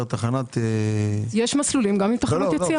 תחנת- - יש מסלולים גם עם תחנת יציאה.